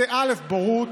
זו בורות.